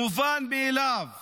מובן מאליו